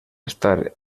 estar